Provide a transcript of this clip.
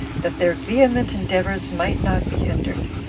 that their vehement endeavors might not be hindered.